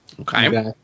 Okay